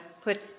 put